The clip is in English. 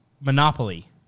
Monopoly